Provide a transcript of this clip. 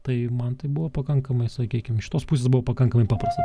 tai man tai buvo pakankamai sakykim iš tos pusės buvo pakankamai paprasta